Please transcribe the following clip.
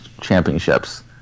championships